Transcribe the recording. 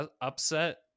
upset